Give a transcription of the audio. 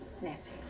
Nancy